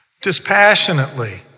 dispassionately